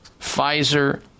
Pfizer